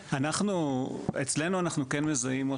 אצלנו אנחנו כן מזהים,